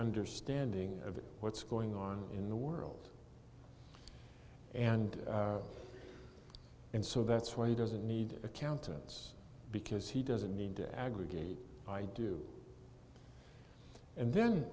understanding of what's going on in the world and and so that's why he doesn't need accountants because he doesn't need to aggregate i do and then